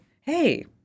hey